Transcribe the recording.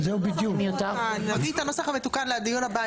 נביא את המסך המתוקן לדיון הבא.